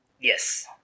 Yes